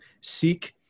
seek